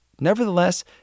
Nevertheless